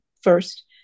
first